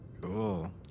Cool